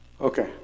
Okay